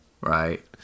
Right